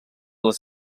les